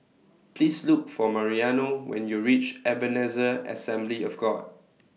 Please Look For Mariano when YOU REACH Ebenezer Assembly of God